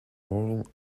moral